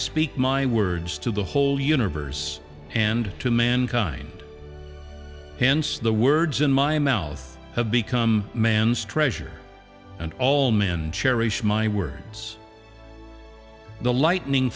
speak my words to the whole universe and to mankind hence the words in my mouth have become man's treasure and all men cherish my words the lightning